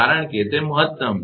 કારણ કે તે મહત્તમ છે